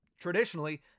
Traditionally